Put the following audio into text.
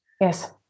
Yes